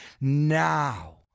now